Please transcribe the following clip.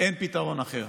אין פתרון אחר.